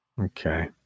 Okay